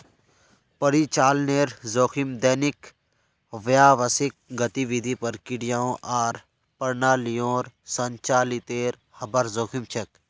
परिचालनेर जोखिम दैनिक व्यावसायिक गतिविधियों, प्रक्रियाओं आर प्रणालियोंर संचालीतेर हबार जोखिम छेक